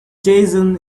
jason